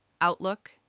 Outlook